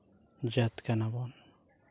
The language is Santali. ᱡᱟᱹᱛ ᱠᱟᱱᱟᱵᱚᱱ